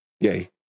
Yay